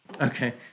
Okay